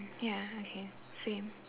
mm ya okay same